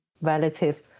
relative